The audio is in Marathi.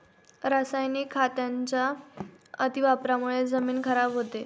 रासायनिक खतांच्या अतिवापरामुळे जमीन खराब होते